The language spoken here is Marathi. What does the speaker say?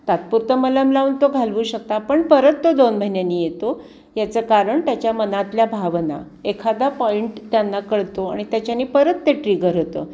तात्पुरतं मलम लावून तो घालवू शकता पण परत तो दोन महिन्यांनी येतो याचं कारण त्याच्या मनातल्या भावना एखादा पॉइंट त्यांना कळतो आणि त्याच्याने परत ते ट्रिगर होतं